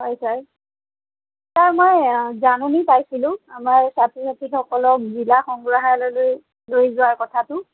হয় sir sir মই জাননী পাইছিলোঁ আমাৰ ছাত্ৰ ছাত্ৰীসকলক জিলা সংগ্ৰাহালয়লৈ লৈ যোৱাৰ কথাটো